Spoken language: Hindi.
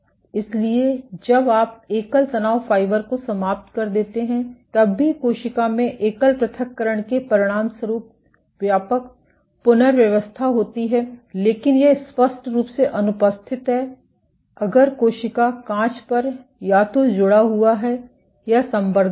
इसलिए जब आप एकल तनाव फाइबर को समाप्त कर देते हैं तब भी कोशिका में एकल पृथक्करण के परिणामस्वरूप व्यापक पुनर्व्यवस्था होती है लेकिन यह स्पष्ट रूप से अनुपस्थित है अगर कोशिका कांच पर या तो जुड़ा हुआ है या संवर्धित है